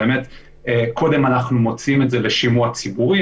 קודם אנחנו מוציאים את זה לשימוע ציבורי,